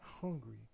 hungry